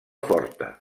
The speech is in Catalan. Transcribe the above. forta